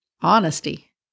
honesty